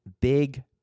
big